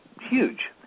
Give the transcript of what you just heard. huge